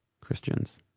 Christians